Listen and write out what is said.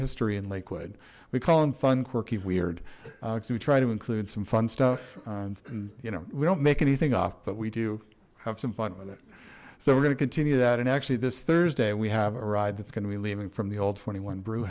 history in lakewood we call them fun quirky weird because we try to include some fun stuff and you know we don't make anything off but we do have some fun with it so we're gonna continue that and actually this thursday we have a ride that's gonna be leaving from the old twenty one brew